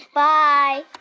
bye